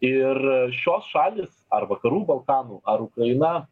ir šios šalys ar vakarų balkanų ar ukraina